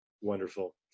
Wonderful